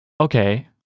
Okay